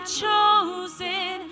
chosen